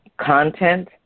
content